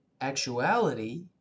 actuality